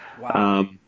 Wow